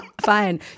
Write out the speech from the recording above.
fine